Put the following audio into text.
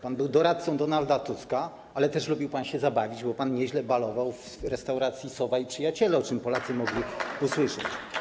Pan był doradcą Donalda Tuska, ale też lubił pan się zabawić, bo nieźle pan balował w restauracji Sowa i Przyjaciele, o czym Polacy mogli usłyszeć.